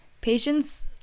Patients